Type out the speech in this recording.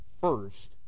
first